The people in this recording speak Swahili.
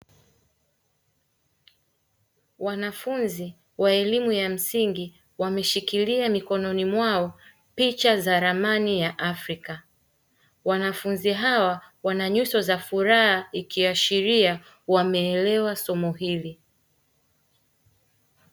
Wanafunzi wa elimu ya msingi wameshikilia mikononi mwao picha za ramani ya Afrika, wanafunzi hawa wana nyuso za furaha ikiashiria wameelewa somo hili.